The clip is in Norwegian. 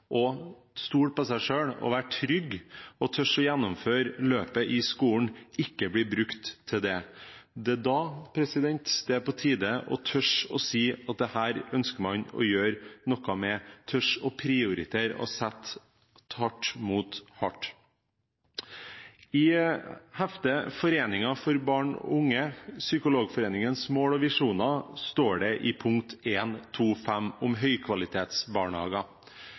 på seg selv, være trygg og tørre å gjennomføre løpet i skolen, ikke blir brukt til det. Det er da det er på tide å tørre å si at dette ønsker man å gjøre noe med, å tørre å prioritere og å sette hardt mot hardt. I heftet Forebygging for barn og unge, om Psykologforeningens visjon og strategier, står det i punkt 1.2.5 om høykvalitetsbarnehager: